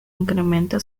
incrementa